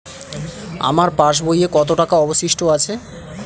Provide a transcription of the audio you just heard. আমার পাশ বইয়ে কতো টাকা অবশিষ্ট আছে?